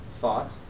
thought